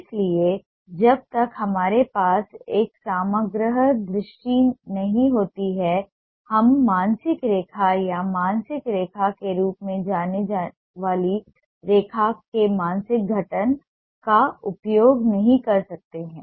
इसलिए जब तक हमारे पास एक समग्र दृष्टि नहीं होती है हम मानसिक रेखा या मानसिक रेखा के रूप में जाने जाने वाली रेखा के मानसिक गठन का उपयोग नहीं कर सकते हैं